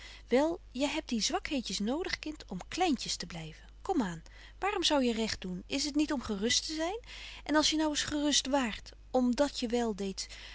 wel jy hebt die zwakheedjes nodig kind om kleintjes te blyven kom aan waar om zou je recht doen is het niet om gerust te zyn en als je nou eens gerust waart om dat je wel deedt